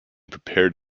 prepared